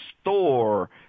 store